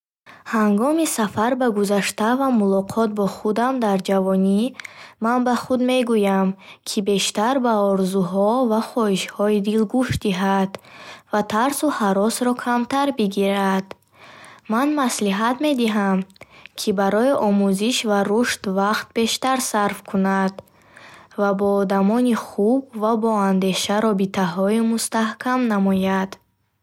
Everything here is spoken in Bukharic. Ҳангоми сафар ба гузашта ва мулоқот бо худам дар ҷавонӣ, ман ба худ мегӯям, ки бештар ба орзуҳо ва хоҳишҳои дил гӯш диҳад ва тарсу ҳаросҳоро камтар бигирад. Ман маслиҳат медиҳам, ки барои омӯзиш ва рушд вақт бештар сарф кунад ва бо одамони хуб ва боандеша робитаҳоро мустаҳкам намояд.